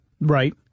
Right